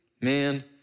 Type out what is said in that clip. man